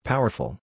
Powerful